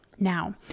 Now